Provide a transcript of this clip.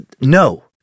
No